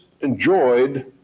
enjoyed